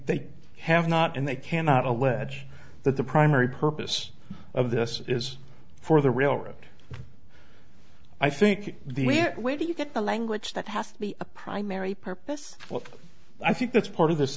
they have not and they cannot allege that the primary purpose of this is for the railroad i think the where do you get the language that has to be a primary purpose what i think that's part of this